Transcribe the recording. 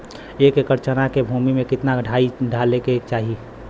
एक एकड़ चना के भूमि में कितना डाई डाले के चाही?